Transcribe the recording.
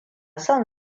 son